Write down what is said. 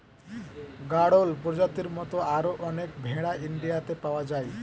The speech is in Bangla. গাড়ল প্রজাতির মত আরো অনেক ভেড়া ইন্ডিয়াতে পাওয়া যায়